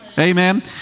Amen